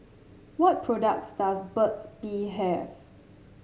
what products does Burt's Bee have